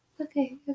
Okay